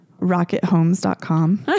Rockethomes.com